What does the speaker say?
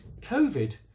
Covid